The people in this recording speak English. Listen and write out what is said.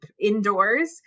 indoors